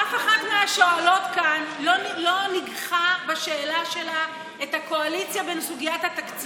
אף אחת מהשואלות כאן לא ניגחה בשאלה שלה את הקואליציה בסוגיית התקציב.